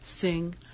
Sing